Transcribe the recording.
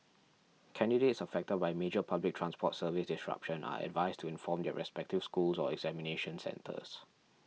candidates affected by major public transport service disruption are advised to inform their respective schools or examination centres